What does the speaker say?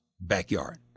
backyard